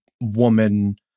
woman